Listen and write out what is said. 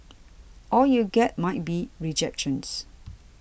all you get might be rejections